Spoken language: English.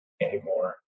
anymore